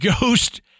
ghost